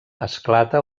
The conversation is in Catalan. esclata